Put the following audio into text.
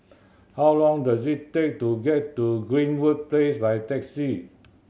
how long does it take to get to Greenwood Place by taxi